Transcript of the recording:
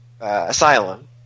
asylum